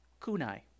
kunai